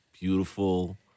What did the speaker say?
beautiful